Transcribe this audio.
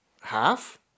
half